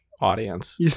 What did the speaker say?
audience